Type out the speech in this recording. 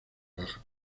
baja